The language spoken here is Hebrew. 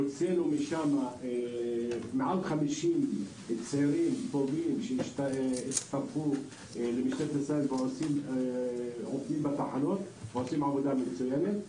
הוצאנו משם מעל 50 צעירים טובים שהצטרפו ועושים עבודה מצוינת.